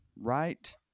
Right